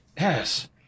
Yes